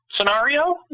scenario